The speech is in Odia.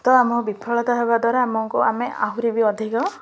ତ ଆମ ବିଫଳତା ହେବା ଦ୍ୱାରା ଆମକୁ ଆମେ ଆହୁରି ବି ଅଧିକ